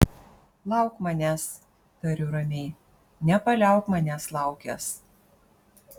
lauk manęs tariu ramiai nepaliauk manęs laukęs